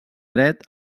dret